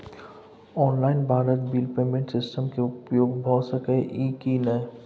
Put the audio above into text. Online Bharat bill payment system के उपयोग भ सके इ की नय?